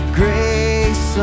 grace